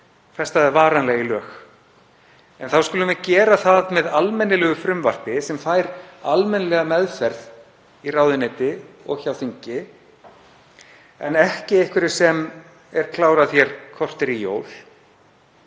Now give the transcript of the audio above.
varanlega í lög. Þá skulum við gera það með almennilegu frumvarpi sem fær almennilega meðferð í ráðuneyti og hjá þingi en ekki einhverju sem er klárað hér korter í jól.